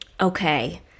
Okay